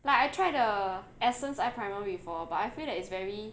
like I try the Essence eye primer before but I feel that it's very